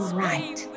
right